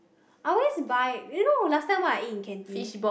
I always buy you know last time what I eat in canteen